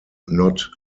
not